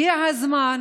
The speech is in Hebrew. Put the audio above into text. הגיע הזמן